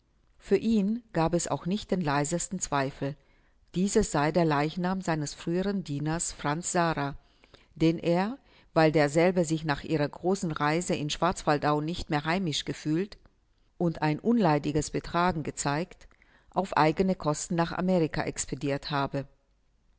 für ihn gab es auch nicht den leisesten zweifel dieses sei der leichnam seines früheren dieners franz sara den er weil derselbe sich nach ihrer großen reise in schwarzwaldau nicht mehr heimisch gefühlt und ein unleidliches betragen gezeigt auf eigene kosten nach amerika expedirt habe